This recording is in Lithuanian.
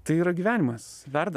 tai yra gyvenimas verda